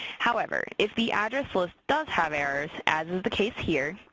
however, if the address list does have errors, as is the case here,